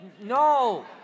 No